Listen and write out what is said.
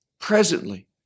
presently